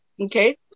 okay